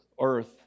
earth